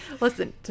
listen